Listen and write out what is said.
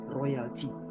royalty